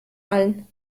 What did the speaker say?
allen